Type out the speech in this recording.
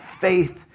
faith